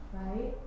right